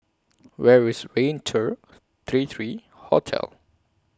Where IS Raintr three three Hotel